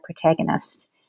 protagonist